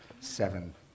seven